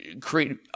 create